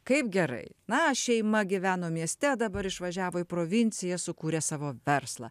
kaip gerai na šeima gyveno mieste dabar išvažiavo į provinciją sukūrė savo verslą